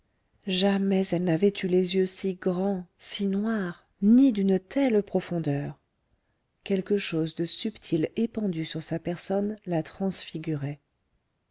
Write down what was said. jamais elle n'avait eu les yeux si grands si noirs ni d'une telle profondeur quelque chose de subtil épandu sur sa personne la transfigurait